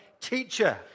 teacher